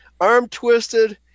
arm-twisted